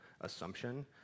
assumption